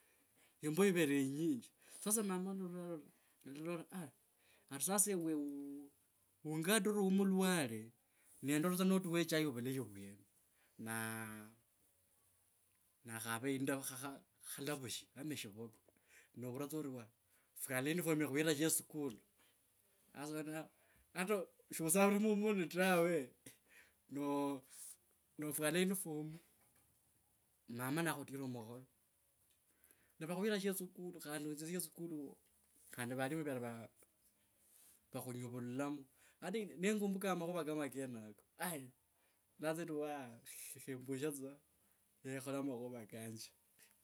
Yimbo yivere inyinji. Sasa mama lu ari sasa ewe uuu. Ungatre arii u mulwale nendare tsa notua e chai vulayi vwene naa nakhava indavu kha khalavushi ama shivoko noura tsa ari waah fwala uniform ekhuire sheskulu hasa hata sho savire mumoni tawe, noo. Nofwala uniform mama nakhutira mukhono, nivakhuira shoskulu khandi otsia shoskulu khandi valimu vakhulivulilamo. Hata nengumbu kakho makhuva kama kenako aaai mbola tsa endi waa khembushe tsa nekhola makhuva kanje.